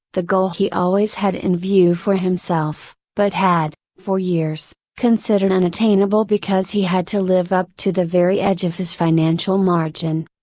the goal he always had in view for himself, but had, for years, considered unattainable because he had to live up to the very edge of his financial margin.